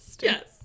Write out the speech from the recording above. Yes